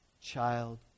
child